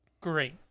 great